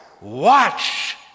watch